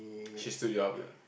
she stood you up